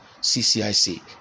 ccic